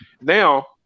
Now